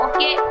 Okay